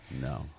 No